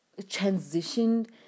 transitioned